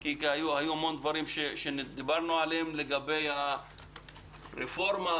כי היו המון דברים שדיברנו עליהם בעניין הרפורמה,